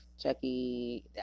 Chucky